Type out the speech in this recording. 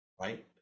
right